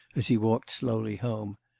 as he walked slowly home.